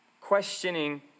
questioning